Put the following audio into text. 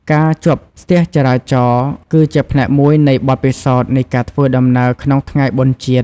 ការជាប់ស្ទះចរាចរណ៍ គឺជាផ្នែកមួយនៃបទពិសោធន៍នៃការធ្វើដំណើរក្នុងថ្ងៃបុណ្យជាតិ។